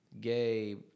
gay